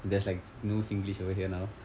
there's like no singlish over here now